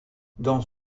dans